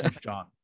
John